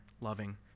loving